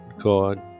God